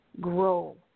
grow